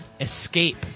Escape